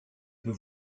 peu